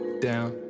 down